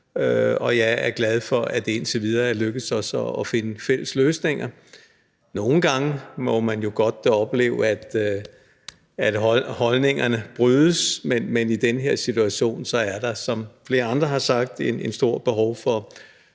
og jeg er glad for, at det indtil videre er lykkedes os at finde fælles løsninger. Nogle gange må man jo godt opleve, at holdningerne brydes, men i den her situation er der, som flere andre har sagt, et stort behov for